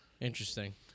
Interesting